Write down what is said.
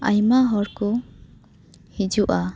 ᱟᱭᱢᱟ ᱦᱚᱲ ᱠᱚ ᱦᱤᱡᱩᱜᱼᱟ